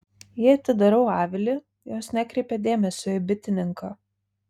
jei atidarau avilį jos nekreipia dėmesio į bitininką